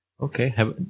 Okay